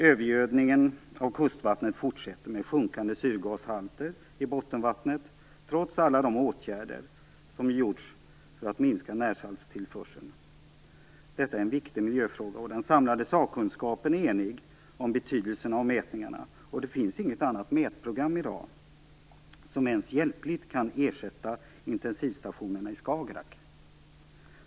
Övergödningen av kustvattnet fortsätter, med sjunkande syrgashalter i bottenvattnet som följd, trots alla de åtgärder som vidtagits för att minska närsaltstillförseln. Detta är en viktig miljöfråga, och den samlade sakkunskapen är enig om betydelsen av mätningarna. Det finns inget annat mätprogram i dag som ens hjälpligt kan ersätta intensivstationerna i Skagerrak.